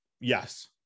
yes